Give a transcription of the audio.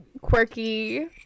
quirky